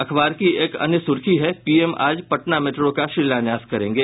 अखबार की एक अन्य सुर्खी है पीएम आज पटना मेट्रो का शिलान्यास करेंगे